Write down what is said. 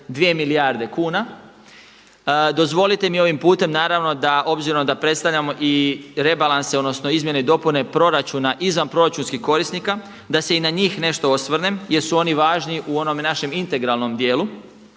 2,2 milijarde kuna. Dozvolite mi ovim putem naravno da, obzirom da predstavljamo i rebalanse, odnosno izmjene i dopune proračuna izvanproračunskih korisnika, da se i na njih nešto osvrnem jer su oni važni u onome našem integralnom dijelu,